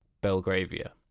belgravia